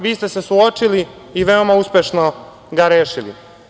Vi ste se suočili i veoma uspešno ga rešili.